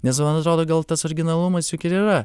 nes man atrodo gal tas originalumas juk ir yra